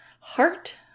heart